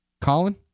Colin